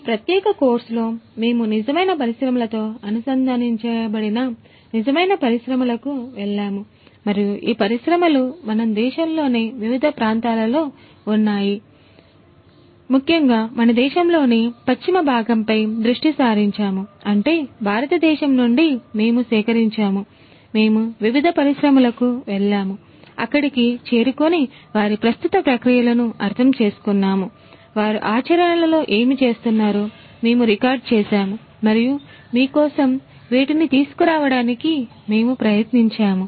ఈ ప్రత్యేక కోర్సులో మేము నిజమైన పరిశ్రమలతో అనుసంధానించబడిన నిజమైన పరిశ్రమలకు వెళ్ళాము మరియు ఈ పరిశ్రమలు మన దేశంలోని వివిధ ప్రాంతాలలో ఉన్నాయి ముఖ్యంగా మన దేశంలోని పశ్చిమ భాగంపై దృష్టి సారించాము అంటే భారతదేశం నుండి మేము సేకరించాము మేము వివిధ పరిశ్రమలకు వెళ్ళాము మేము అక్కడికి చేరుకుని మేము వారి ప్రస్తుత ప్రక్రియలను అర్థం చేసుకున్నాము వారు ఆచరణలో ఏమి చేస్తున్నారో మేము రికార్డ్ చేసాము మరియు మీ కోసం వీటిని తీసుకురావడానికి మేము ప్రయత్నించాము